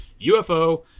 UFO